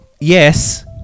Yes